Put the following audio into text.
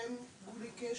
רובי קשת,